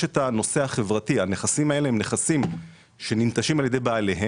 יש את הנושא החברתי: הנכסים האלה הם נכסים שננטשים על ידי בעליהם,